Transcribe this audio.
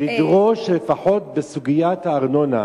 לדרוש לפחות בסוגיית הארנונה,